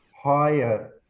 higher